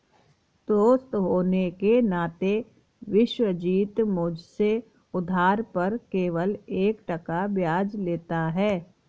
दोस्त होने के नाते विश्वजीत मुझसे उधार पर केवल एक टका ब्याज लेता है